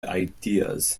ideas